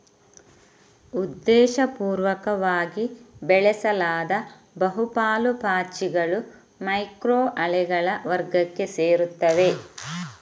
ಉದ್ದೇಶಪೂರ್ವಕವಾಗಿ ಬೆಳೆಸಲಾದ ಬಹು ಪಾಲು ಪಾಚಿಗಳು ಮೈಕ್ರೊ ಅಲ್ಗೇಗಳ ವರ್ಗಕ್ಕೆ ಸೇರುತ್ತವೆ